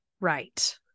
right